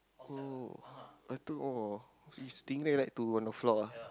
oh I think !wah! stingray like to on the floor ah